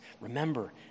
Remember